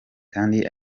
kandi